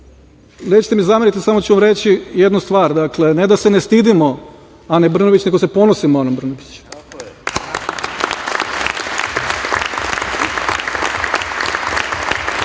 nećete mi zameriti, samo ću vam reći jednu stvar, dakle, ne da se ne stidimo Ane Brnabić nego se ponosimo Anom Brnabić.